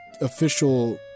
official